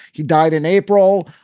he died in april.